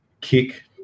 kick